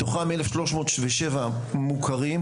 מתוכם 1,307 מוכרים,